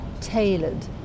tailored